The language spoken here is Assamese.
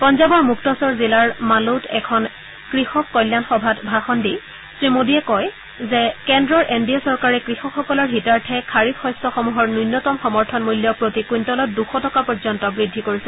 পঞ্জাৱৰ মুক্তচৰ জিলাৰ মালৌত এখন কৃষক কল্যাণ সভাত ভাষণ দি শ্ৰীমোদীয়ে কয় যে কেন্দ্ৰৰ এন ডি এ চৰকাৰে কৃষকসকলৰ হিতাৰ্থে খাৰিফ শস্যসমূহৰ ন্য়নতম সমৰ্থন মূল্য প্ৰতি কুইণ্টলত দুশ টকা পৰ্য্যন্ত বৃদ্ধি কৰিছে